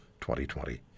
2020